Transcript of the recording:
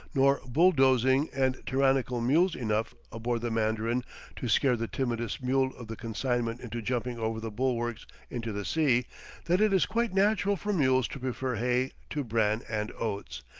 nor bulldozing and tyrannical mules enough, aboard the mandarin to scare the timidest mule of the consignment into jumping over the bulwarks into the sea that it is quite natural for mules to prefer hay to bran and oats,